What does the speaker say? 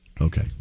okay